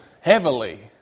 heavily